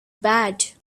bad